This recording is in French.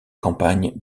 campagne